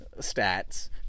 stats